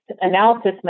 analysis